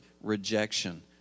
rejection